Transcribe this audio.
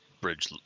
bridge